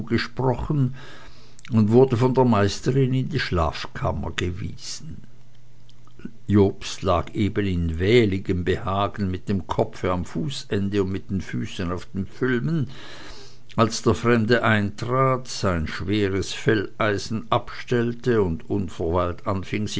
zugesprochen und wurde von der meisterin in die schlafkammer gewiesen jobst lag eben in wähligem behagen mit dem kopfe am fußende und mit den füßen auf den pfülmen als der fremde eintrat sein schweres felleisen abstellte und